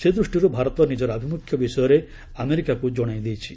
ସେ ଦୃଷ୍ଟିରୁ ଭାରତ ନିଜର ଆଭିମୁଖ୍ୟ ବିଷୟରେ ଆମେରିକାକୁ ଜଣେଇ ଦେଇଛି